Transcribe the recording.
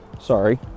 Sorry